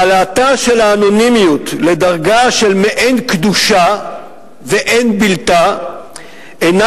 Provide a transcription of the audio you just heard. העלאתה של האנונימיות לדרגה של מעין קדושה ואין בלתה אינה